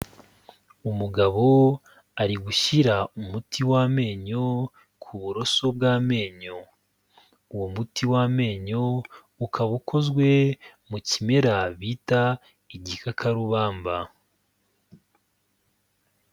Umugabo ari gushyira umuti w'amenyo ku buroso bw'amenyo, uwo muti w'amenyo ukaba ukozwe mu kimera bita igikakarubamba.